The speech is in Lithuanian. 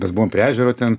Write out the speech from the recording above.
mes buvom prie ežero ten